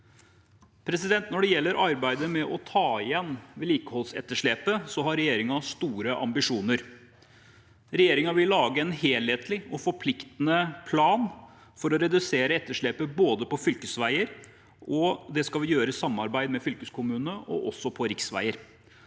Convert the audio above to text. biler. Når det gjelder arbeidet med å ta igjen vedlikeholdsetterslepet, har regjeringen store ambisjoner. Regjeringen vil lage en helhetlig og forpliktende plan for å redusere etterslepet både på fylkesveier – noe vi skal gjøre i samarbeid med fylkeskommunene – og på riksveier.